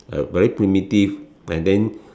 a very primitive and then